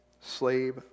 slave